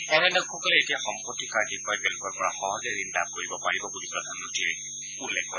এনে লোকসকলে এতিয়া সম্পত্তি কাৰ্ড দেখুৱাই বেংকৰ পৰা সহজে ঋণ লাভ কৰিব পাৰিব বুলি প্ৰধানমন্ত্ৰীয়ে উল্লেখ কৰে